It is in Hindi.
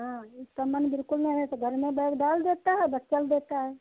हाँ इसका मन बिल्कुल नहीं है घर में बैग डाल देता है बस चल देता है